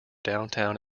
downtown